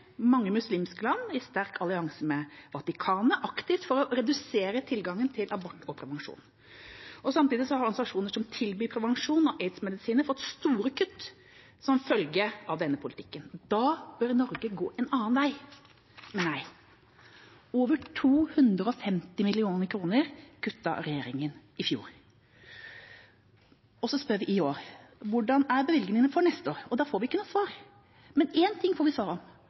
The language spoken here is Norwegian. mange muslimske land, i sterk allianse med Vatikanet – aktivt for å redusere tilgangen til abort og prevensjon, og samtidig har organisasjoner som tilbyr prevensjon og aids-medisiner fått store kutt som følge av denne politikken. Da bør Norge gå en annen vei. Men nei: Over 250 mill. kr kuttet regjeringa i fjor. Så spør vi i år: Hvordan er bevilgningene for neste år? Da får vi ikke noe svar. Men én ting får vi